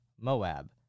Moab